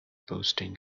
boasting